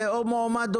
או מועמד,